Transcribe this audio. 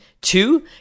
two